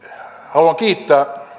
haluan kiittää